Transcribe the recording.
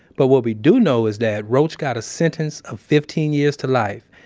but what we do know is that rauch got a sentence of fifteen years to life